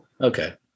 Okay